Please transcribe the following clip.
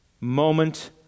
moment